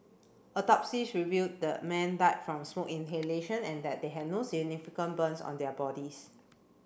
autopsies revealed the men died from smoke inhalation and that they had no significant burns on their bodies